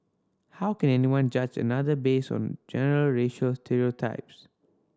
how can anyone judge another based on general racial stereotypes